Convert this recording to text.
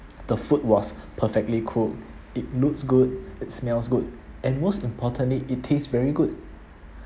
the food was perfectly cooked it looks good it smells good and most importantly it taste very good